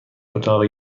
اتاق